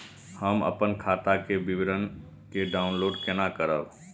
हम अपन खाता के विवरण के डाउनलोड केना करब?